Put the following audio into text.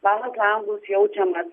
valant langus jaučiamas